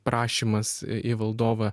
prašymas į valdovą